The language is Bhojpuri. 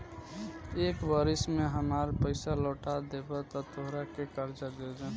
एक बरिस में हामार पइसा लौटा देबऽ त तोहरा के कर्जा दे देम